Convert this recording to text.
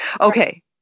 Okay